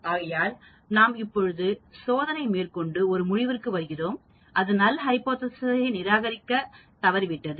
ஆகையால் நாம் இப்பொழுது சோதனை மேற்கொண்டு ஒரு முடிவிற்கு வருகிறோம் அது நல் ஹைபோதேசிஸ் சை நிராகரிக்க தவறிவிட்டது